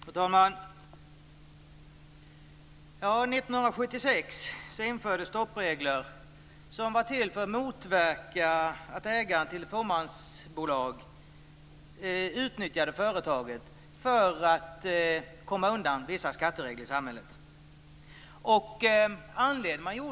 Fru talman! År 1976 infördes stoppregler som var till för att motverka att ägaren till fåmansbolag utnyttjade företaget för att komma undan vissa skatteregler i samhället.